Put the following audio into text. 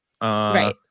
Right